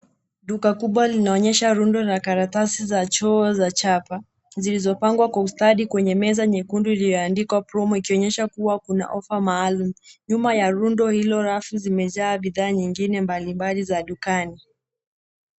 Duka kubwa linaonyesha rundo la karatasi za choo za chapa zilizopangwa kwa ustadi kwenye meza nyekundu iliyoandikwa promo ikionyesha kuwa kuna offer maalum. Nyuma ya rundo hilo rafu zimejaa bidhaa nyingine mbalimbali za dukani.